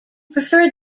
preferred